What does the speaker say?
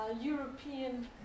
European